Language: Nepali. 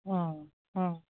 अँ अँ